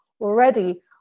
already